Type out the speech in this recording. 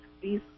please